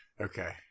Okay